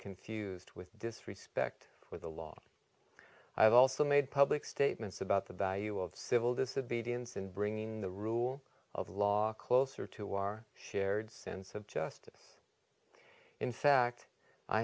confused with disrespect for the law i have also made public statements about the value of civil disobedience in bringing the rule of law closer to our shared sense of justice in fact i